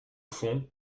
fond